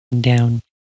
down